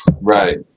right